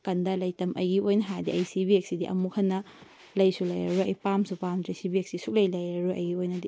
ꯀꯟꯗꯕ ꯂꯩꯇꯕꯅꯤ ꯑꯩꯒꯤ ꯑꯣꯏꯅ ꯍꯥꯏꯔꯗꯤ ꯑꯩ ꯁꯤ ꯕꯦꯒꯁꯤꯗꯤ ꯑꯃꯨꯛ ꯍꯟꯅ ꯂꯩꯁꯨ ꯂꯩꯔꯔꯣꯏ ꯑꯩ ꯄꯥꯝꯁꯨ ꯄꯥꯝꯗ꯭ꯔꯦ ꯁꯤ ꯕꯦꯒꯁꯤ ꯁꯨꯛꯂꯩ ꯂꯩꯔꯔꯣꯏ ꯑꯩꯒꯤ ꯑꯣꯏꯅꯗꯤ